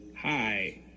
hi